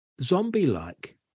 zombie-like